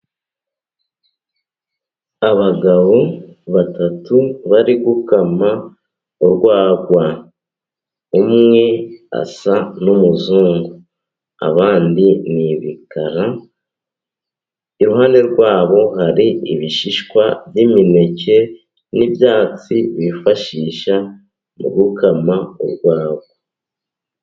Abagabo batatu bari gukama urwagwa, umwe asa n'umuzungu abandi ni ibikara. Iruhande rwabo hari ibishishwa by'imineke n'ibyatsi bifashisha mu gukama urwagwa.